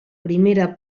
primera